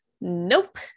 Nope